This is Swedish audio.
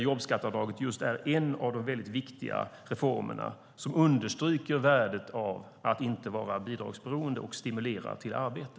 Jobbskatteavdraget är en av de väldigt viktiga reformer som understryker värdet av att inte vara bidragsberoende och som stimulerar till arbete.